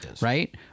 right